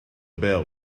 bell